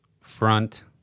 front